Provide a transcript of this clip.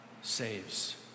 saves